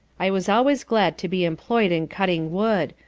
i was always glad to be employ'd in cutting wood,